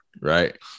right